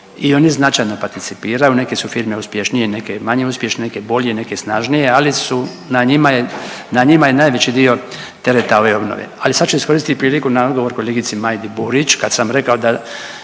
i oni značajno participiraju, neke su firme uspješnije, neke manje uspješne, neke bolje, neke snažnije, ali su, na njima je, na njima je najveći dio tereta ove obnove. Ali sad ću iskoristit priliku na odgovor kolegici Majdi Burić kad sam rekao da,